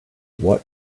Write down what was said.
what